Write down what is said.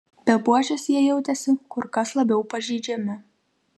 be buožės jie jautėsi kur kas labiau pažeidžiami